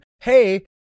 hey